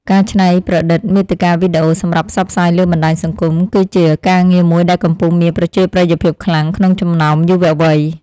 ការច្នៃប្រឌិតមាតិកាវីដេអូសម្រាប់ផ្សព្វផ្សាយលើបណ្តាញសង្គម គឺជាការងារមួយដែលកំពុងមានប្រជាប្រិយភាពខ្លាំងក្នុងចំណោមយុវវ័យ។